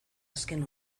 azken